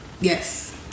Yes